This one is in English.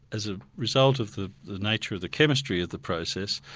as a result of the nature of the chemistry of the process,